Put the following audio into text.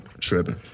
tripping